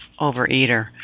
overeater